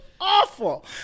awful